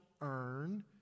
earn